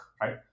right